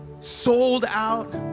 sold-out